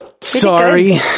Sorry